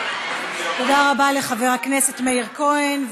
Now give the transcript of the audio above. תודה רבה לחבר הכנסת מאיר כהן.